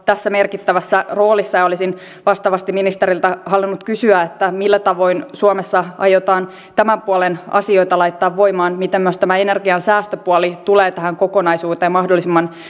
tässä merkittävässä roolissa ja olisin vastaavasti ministeriltä halunnut kysyä millä tavoin suomessa aiotaan tämän puolen asioita laittaa voimaan ja miten myös tämä energiansäästöpuoli tulee tähän kokonaisuuteen mahdollisimman